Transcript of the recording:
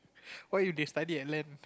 what if they study and learn